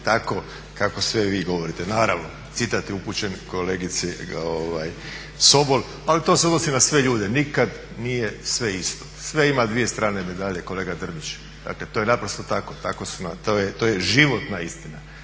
tako kako sve vi govorite. Naravno, citat je upućen kolegici Sobol ali to se odnosi na sve ljude, nikad nije sve isto. Sve ima dvije strane medalje, kolega Drmić. Dakle, to je naprosto tako. To je životna istina.